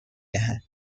دهد